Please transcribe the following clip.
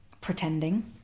pretending